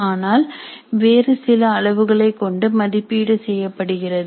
ஆனால் வேறு சில அளவுகளைக் கொண்டு மதிப்பீடு செய்யப்படுகிறது